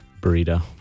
Burrito